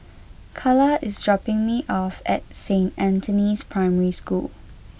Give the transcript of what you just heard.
Calla is dropping me off at Saint Anthony's Primary School